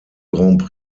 grand